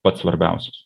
pats svarbiausias